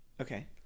Okay